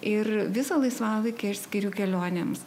ir visą laisvalaikį aš skiriu kelionėms